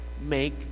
make